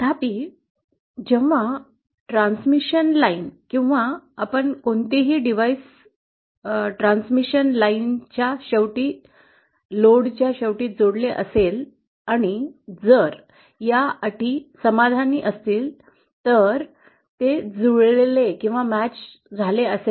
तथापि जेव्हा प्रसारण line translation line transmission line किंवा आपण कोणतेही डिव्हाइस प्रसारित करण्या ट्रान्सलेशन लाईन transmission line च्या शेवटी लोडच्या शेवटी जोडले असेल आणि जर या अटी समाधानी असतील तर ते जुळले मॅच होईल